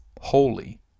holy